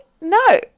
No